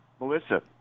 Melissa